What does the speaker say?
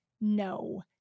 no